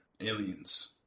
Aliens